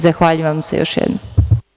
Zahvaljujem vam se još jednom.